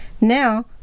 Now